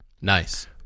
Nice